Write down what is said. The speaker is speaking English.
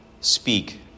speak